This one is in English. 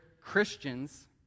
Christians